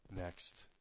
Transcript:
Next